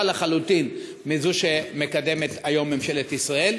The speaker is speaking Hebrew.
לחלוטין מזו שמקדמת היום ממשלת ישראל,